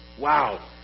Wow